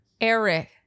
Eric